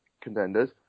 contenders